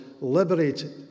liberated